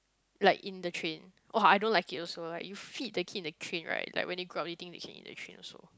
like in the train oh I don't like it also ah like you feed the kid in the train right like when they grow up they think they can eat in the train also